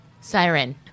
Siren